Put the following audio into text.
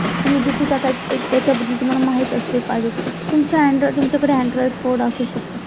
तुम्ही जिथे जात आहात ते त्याच्याबद्दल तुम्हाला माहीत असले पाहिजे तुमच्या अँड्रॉय तुमच्याकडे अँड्रॉईड फोन असू शकतो